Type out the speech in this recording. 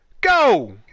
Go